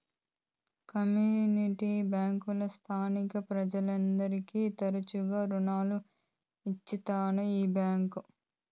community బ్యాంకులు స్థానిక ప్రజలందరికీ తరచుగా రుణాలు ఇత్తాది ఈ బ్యాంక్